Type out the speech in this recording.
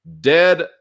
dead